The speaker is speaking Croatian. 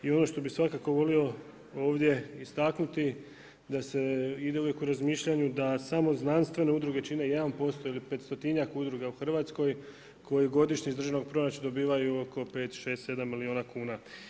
I ono što bih svakako volio ovdje istaknuti da se ide uvijek u razmišljanju da samo znanstvene udruge čine 1% ili 500-tinja udruga u Hrvatskoj koje godišnje iz državnog proračuna dobivaju oko 5, 6, 7 milijuna kuna.